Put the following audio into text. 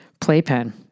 playpen